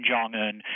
Jong-un